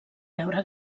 veure